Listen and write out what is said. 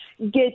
get